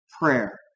prayer